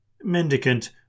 Mendicant